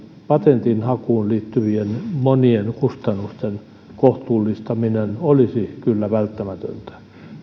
patentin hakuun liittyvien monien kustannusten kohtuullistaminen olisi kyllä välttämätöntä